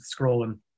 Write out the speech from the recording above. scrolling